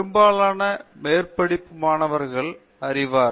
பெரும்பாலான மேற்படிப்பு மாணவர்களை அறிவார்